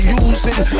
using